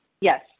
Yes